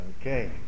Okay